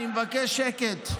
אני מבקש שקט.